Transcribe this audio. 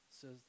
says